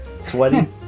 Sweaty